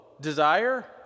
desire